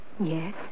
Yes